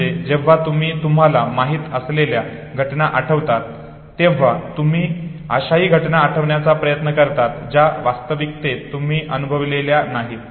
म्हणजे जेव्हा तुम्ही तुम्हाला माहित असलेल्या घटना आठवतात तेव्हा तुम्ही अशाही घटना आठवण्याचा प्रयत्न करतात ज्या वास्तविकतेत तुम्ही अनुभवलेल्या नाहीत